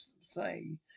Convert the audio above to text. say